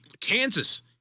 Kansas